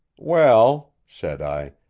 well, said i,